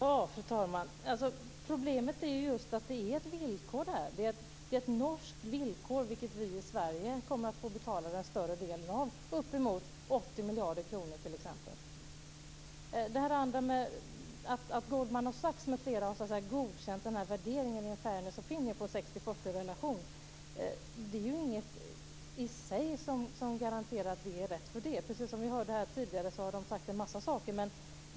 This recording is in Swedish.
Fru talman! Problemet är ju att det är ett villkor där. Det är ett norskt villkor, vilket vi i Sverige kommer att få betala den större delen av - uppemot 80 Att Goldman Sachs m.fl. har godkänt värderingen i en fairness opinion när det gäller en relation på 60/40 är inget som i sig garanterar att det är rätt. De har sagt en massa saker, det hörde vi här tidigare.